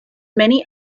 many